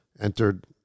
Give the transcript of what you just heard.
entered